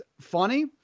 funny